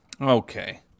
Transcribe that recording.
Okay